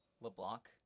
LeBlanc